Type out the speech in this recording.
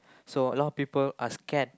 so a lot of people are scared